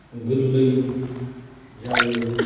गोरलै जायो